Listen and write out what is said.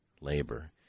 labor